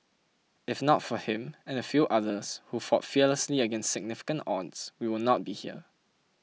if not for him and a few others who fought fearlessly against significant odds we will not be here